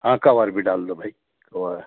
हाँ कवर भी डाल लो भई और